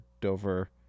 Dover